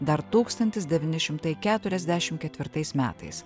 dar tūkstantis devyni šimtai keturiasdešim ketvirtais metais